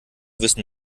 wissen